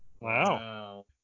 Wow